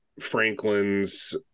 franklin's